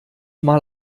mal